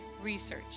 research